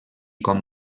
com